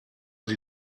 sie